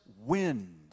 wind